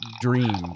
dreams